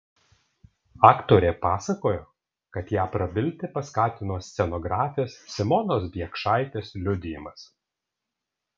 aktorė pasakojo kad ją prabilti paskatino scenografės simonos biekšaitės liudijimas